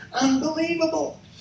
unbelievable